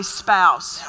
spouse